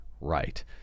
right